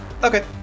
Okay